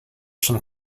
some